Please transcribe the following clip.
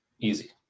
Easy